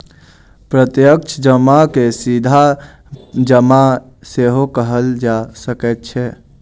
प्रत्यक्ष जमा के सीधा जमा सेहो कहल जा सकैत अछि